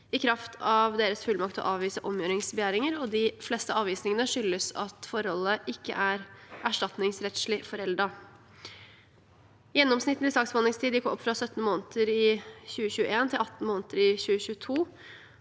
i kraft av sin fullmakt til å avvise omgjøringsbegjæringer. De fleste avvisningene skyldes at forholdet ikke er erstatningsrettslig foreldet. Gjennomsnittlig saksbehandlingstid gikk opp fra 17 måneder i 2021 til 18 måneder i 2022.